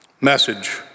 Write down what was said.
Message